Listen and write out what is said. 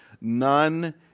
None